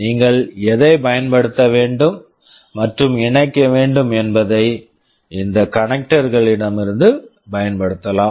நீங்கள் எதை பயன்படுத்த வேண்டும் மற்றும் இணைக்க வேண்டும் என்பதை இந்த கணக்டர் connector களிடமிருந்து பயன்படுத்தலாம்